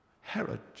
Herod